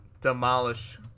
demolish